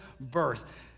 birth